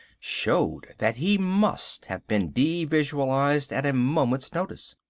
showed that he must have been devisualised at a moment's notice.